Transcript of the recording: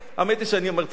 האמת היא שאני אומר "צריך".